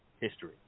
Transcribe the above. history